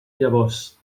llavors